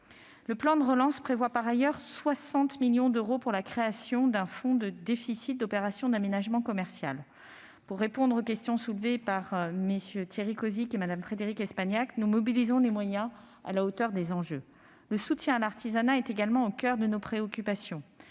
Le plan de relance prévoit par ailleurs 60 millions d'euros pour la création d'un fonds de déficit d'opérations d'aménagement commercial. Ainsi, et pour répondre aux questions soulevées par les rapporteurs spéciaux, nous mobilisons des moyens à la hauteur des enjeux. Le soutien à l'artisanat est également au coeur de nos préoccupations-